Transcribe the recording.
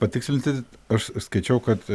patikslinti aš skaičiau kad